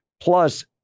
plus